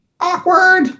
Awkward